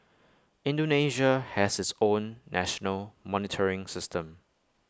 Indonesia has its own national monitoring system